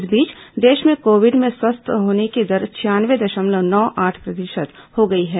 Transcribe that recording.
इस बीच देश में कोविड से स्वस्थ होने की दर छियानवे दशमलव नौ आठ प्रतिशत हो गई है